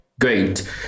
great